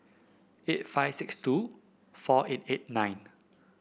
eight five six two four eight eight nine